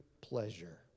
pleasure